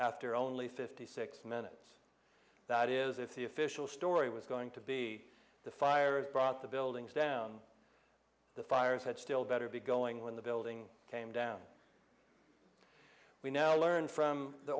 after only fifty six minutes that is if the official story was going to be the fires brought the buildings down the fires had still better be going when the building came down we now learn from the